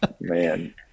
Man